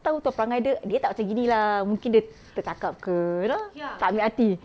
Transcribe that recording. tahu tahu perangai dia dia tak macam gini lah mungkin dia tercakap ke you know tak ambil hati